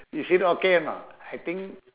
is it okay or not I think